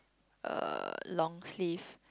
uh long sleeve